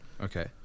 Okay